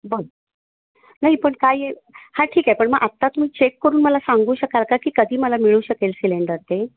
बरं नाही पण काय आहे हा ठीक आहे पण मग आत्ता तुम्ही चेक करून मला सांगू शकाल का की कधी मला मिळू शकेल सिलेंडर ते